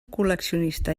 col·leccionista